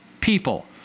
people